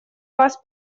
вас